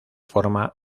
forma